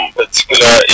particular